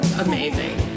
amazing